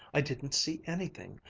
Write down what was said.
i didn't see anything.